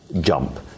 jump